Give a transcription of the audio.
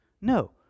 No